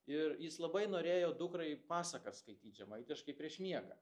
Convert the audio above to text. ir jis labai norėjo dukrai pasakas skaityt žemaitiškai prieš miegą